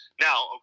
now